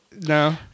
No